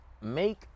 Make